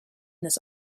this